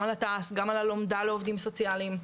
גם על התע"ס וגם על הלומדה לעובדים סוציאליים.